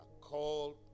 called